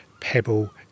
pebble